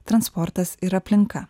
transportas ir aplinka